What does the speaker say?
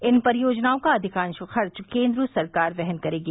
इन परियोजनाओं का अधिकांश खर्च केन्द्र सरकार वहन करेगी